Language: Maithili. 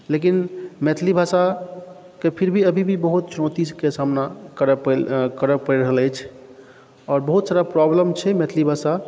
लेकिन मैथिली भाषाके फिर भी अभी भी बहुत चुनौतीके सामना करऽ पड़ि रहल अछि आओर बहुत सारा प्रॉब्लब छै मैथिली भाषा